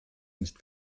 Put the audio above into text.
nicht